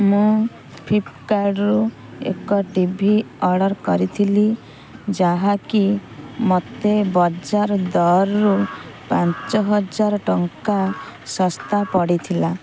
ମୁଁ ଫ୍ଲିପ୍କାର୍ଟ୍ରୁ ଏକ ଟି ଭି ଅର୍ଡ଼ର୍ କରିଥିଲି ଯାହାକି ମୋତେ ବଜାର ଦରରୁ ପାଞ୍ଚ ହଜାର ଟଙ୍କା ଶସ୍ତା ପଡ଼ିଥିଲା